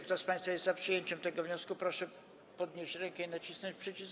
Kto z państwa jest za przyjęciem tego wniosku, proszę podnieść rękę i nacisnąć przycisk.